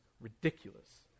ridiculous